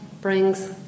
brings